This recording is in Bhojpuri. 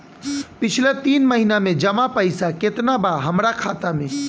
पिछला तीन महीना के जमा पैसा केतना बा हमरा खाता मे?